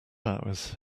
hours